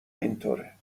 اینطوره